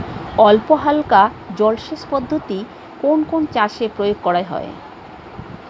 অল্পহালকা জলসেচ পদ্ধতি কোন কোন চাষে প্রয়োগ করা হয়?